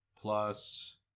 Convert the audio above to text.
plus